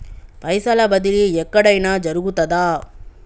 పైసల బదిలీ ఎక్కడయిన జరుగుతదా?